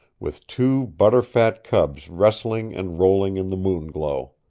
with two butter-fat cubs wrestling and rolling in the moon glow.